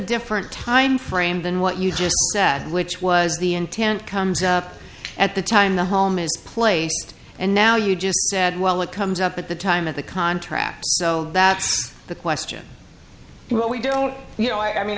different time frame than what you just said which was the intent comes up at the time the home is placed and now you just said well it comes up at the time of the contract so that's the question what we don't you know i mean